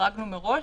שהחרגנו מראש,